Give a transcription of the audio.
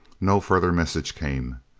no further message came.